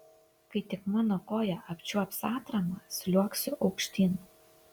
kai tik mano koja apčiuops atramą sliuogsiu aukštyn